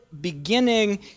beginning